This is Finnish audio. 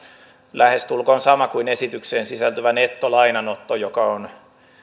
lähestulkoon sama kuin esitykseen sisältyvä nettolainanotto joka on